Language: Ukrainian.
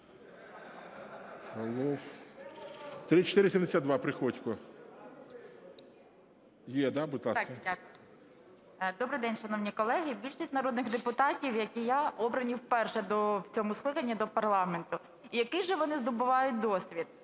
Добрий день, шановні колеги. Більшість народних депутатів, як і я, обрані вперше в цьому скликанні до парламенту. І який же вони здобувають досвід?